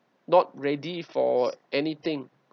not ready for anything